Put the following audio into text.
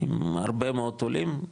עם הרבה מאוד עולים,